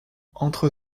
entre